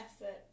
effort